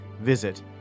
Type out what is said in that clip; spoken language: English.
Visit